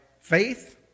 faith